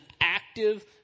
active